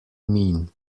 mean